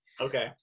okay